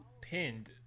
pinned